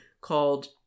called